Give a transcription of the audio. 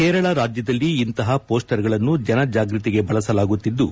ಕೇರಳ ರಾಜ್ಯದಲ್ಲಿ ಇಂತಹ ಪೋಸ್ಸರ್ಗಳನ್ನು ಜನ ಜಾಗೃತಿಗೆ ಬಳಸಲಾಗುತ್ತಿದ್ದು